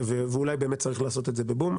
ואולי באמת צריך לעשות את זה בבום.